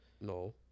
No